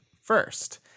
first